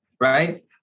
right